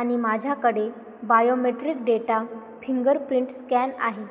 आणि माझ्याकडे biometric data fingerprint scan आहे